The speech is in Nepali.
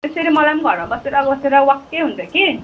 यसरी मलाई पनि घरमा बसेर बसेर वाक्कै हुन्छ कि